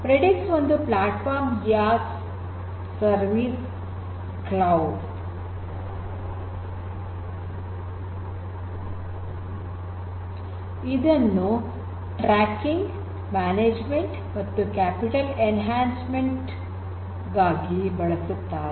Predix ಒಂದು platform as a service PaaS cloud Platform as a Service cloud ಇದನ್ನು tracking management ಮತ್ತು capital enhancement ಗಾಗಿ ಬಳಸುತ್ತಾರೆ